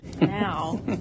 Now